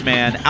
Man